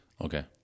Okay